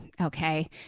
okay